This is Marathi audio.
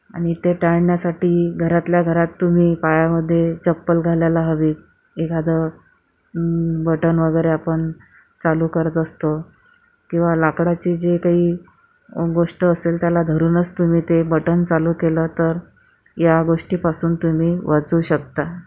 आणि ते टाळण्यासाठी घरातल्या घरात तुम्ही पायामधे चप्पल घालायला हवी एखादं बटन वगैरे आपण चालू करत असतो किंवा लाकडाची जे काही गोष्ट असेल त्याला धरूनच तुम्ही ते बटन चालू केलं तर या गोष्टीपासून तुम्ही वाचू शकता